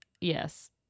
Yes